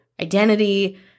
identity